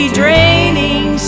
draining